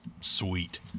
sweet